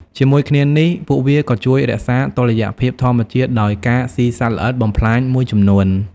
ជាមួយគ្នានេះ ពួកវាក៏ជួយរក្សាតុល្យភាពធម្មជាតិដោយការស៊ីសត្វល្អិតបំផ្លាញមួយចំនួន។